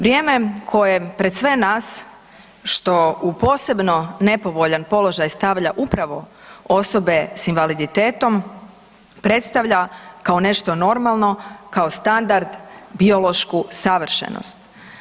Vrijeme koje pred sve nas što u posebno nepovoljan položaj stavlja upravo osobe s invaliditetom predstavlja kao nešto normalno, kao standard, biološku savršenost.